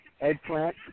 eggplant